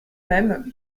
même